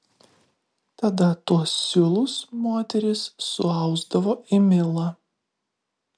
tada tuos siūlus moterys suausdavo į milą